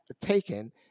taken